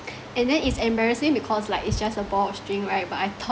and then it's embarrassing because like it's just a ball of string right but I thought